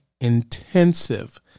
intensive